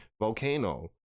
volcano